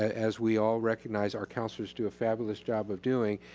as we all recognize, our councilors do a fabulous job of doing,